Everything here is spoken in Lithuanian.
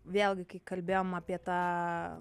vėlgi kai kalbėjom apie tą